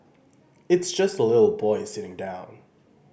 it's just a little boy sitting down